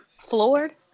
floored